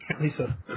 Lisa